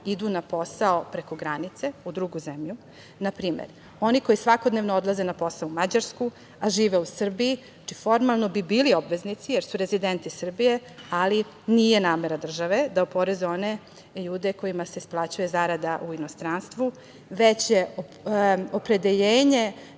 idu na posao preko granice, u drugu zemlju, na primer oni koji svakodnevno odlaze na posao u Mađarsku, a žive u Srbiji, bi bili obveznici, jer su rezidenti Srbije, ali nije namera države da oporezuje one ljude kojima se isplaćuje zarada u inostranstvu, već je opredeljenje